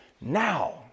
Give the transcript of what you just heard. Now